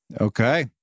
Okay